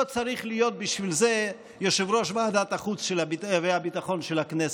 לא צריך להיות בשביל זה יושב-ראש ועדת החוץ והביטחון של הכנסת,